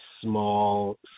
small